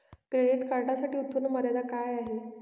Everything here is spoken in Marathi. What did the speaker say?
क्रेडिट कार्डसाठी उत्त्पन्न मर्यादा काय आहे?